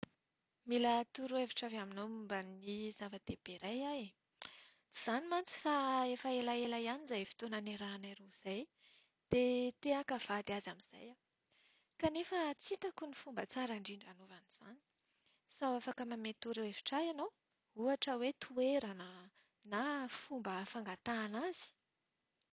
Mila torohevitra avy aminao momba ny ava-dehibe iray aho e. Tsy izany mantsy fa efa elaela ihany izay fotoana niarahanay roa izay, dia te-haka vady azy amin'izay aho. Kanefa tsy hitako ny fomba tsara indrindra hanaovana izany. Sao afaka manome hevitra ahy ianao? Ohatra hoe toerana, na fomba fangatahana azy?